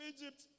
Egypt